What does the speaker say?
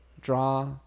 draw